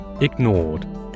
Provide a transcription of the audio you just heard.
ignored